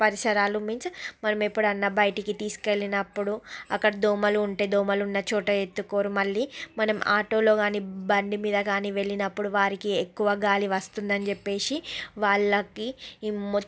పరిసరాలు మీన్స్ మనం ఎప్పుడు అయినా బయటికి తీసుకు వెళ్ళినప్పుడు అక్కడ దోమలు ఉంటే దోమలున్నచోట ఎత్తుకోరు మళ్ళీ మనం ఆటోలో కానీ బండిమీద కానీ వెళ్ళినప్పుడు వారికి ఎక్కువ గాలి వస్తుంది అని చెప్పేసి వాళ్ళకి మొత్తం